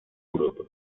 europa